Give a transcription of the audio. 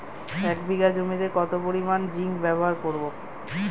এক বিঘা জমিতে কত পরিমান জিংক ব্যবহার করব?